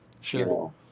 Sure